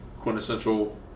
quintessential